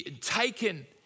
taken